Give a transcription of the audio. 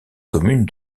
commune